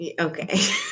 Okay